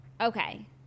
Okay